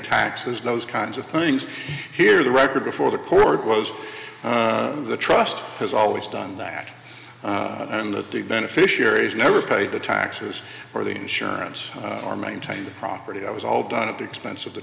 taxes those kinds of things here the record before the court was the trust has always done that and that the beneficiaries never paid the taxes for the insurance or maintain the property it was all done at the expense of the